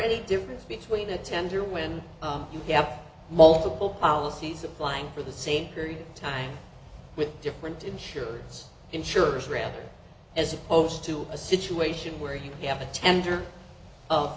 any difference between a tender when you have multiple policies applying for the same period of time with different insurance insurers rather as opposed to a situation where you have a tender of